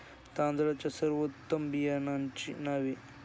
तांदळाच्या सर्वोत्तम बियाण्यांची नावे?